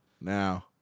Now